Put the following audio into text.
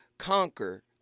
conquer